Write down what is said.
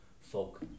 folk